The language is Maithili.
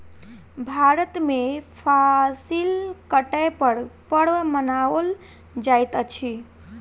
भारत में फसिल कटै पर पर्व मनाओल जाइत अछि